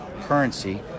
currency